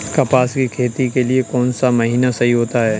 कपास की खेती के लिए कौन सा महीना सही होता है?